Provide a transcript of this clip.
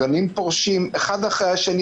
גנים פורשים אחד אחרי השני,